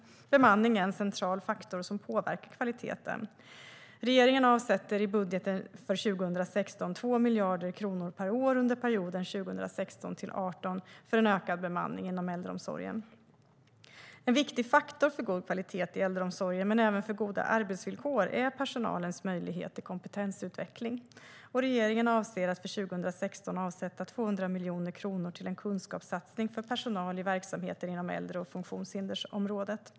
Bemanning är en central faktor som påverkar kvaliteten. I budgeten för 2016 avsätter regeringen 2 miljarder kronor per år under perioden 2016-2018 för en ökad bemanning inom äldreomsorgen. En viktig faktor för god kvalitet i äldreomsorgen, men även för goda arbetsvillkor, är personalens möjlighet till kompetensutveckling. Regeringen avser att för 2016 avsätta 200 miljoner kronor till en kunskapssatsning för personal i verksamheter inom äldre och funktionshindersområdet.